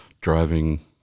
driving